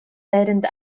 während